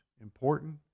important